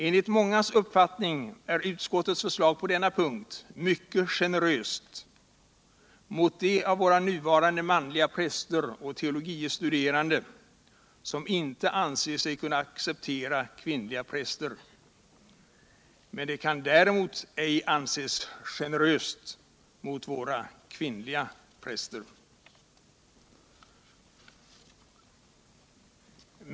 Enligt mångas uppfattning är utskottets förslag på denna punkt mycket generöst mot de av våra nuvarande manliga präster och teologie studerande som inte anser sig kunna acceptera kvinnliga präster. Det kan diremot ej anses gencröst mot våra kvinnliga präster.